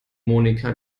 monika